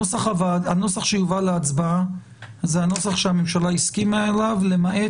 הנוסח שיובא להצבעה זה הנוסח שהממשלה הסכימה אליו למעט